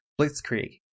Blitzkrieg